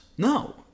No